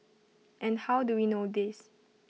and how do we know this